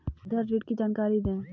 मुद्रा ऋण की जानकारी दें?